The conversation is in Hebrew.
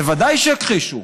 ודאי שיכחישו.